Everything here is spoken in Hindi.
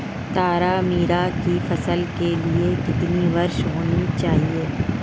तारामीरा की फसल के लिए कितनी वर्षा होनी चाहिए?